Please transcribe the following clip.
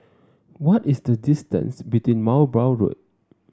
what is the distance between Mowbray Road